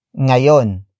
ngayon